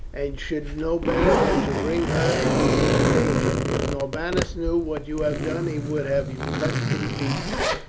and should know better than to bring her into danger. if norbanus knew what you have done he would have you cut in pieces.